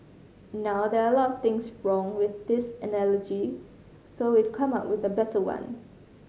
now there are a lot of things from with this analogy so we've come up with a better one